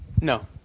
No